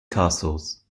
castles